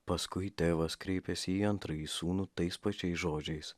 paskui tėvas kreipėsi į antrąjį sūnų tais pačiais žodžiais